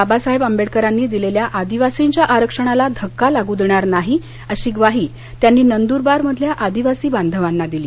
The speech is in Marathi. बाबासाहेब आंबेडकरांनी दिलेल्या आदिवासींच्या आरक्षणाला धक्का लागू देणार नाही अशी ग्वाही त्यांनी नंदूरबारमधल्या आदिवासी बांधवांना दिली